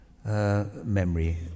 Memory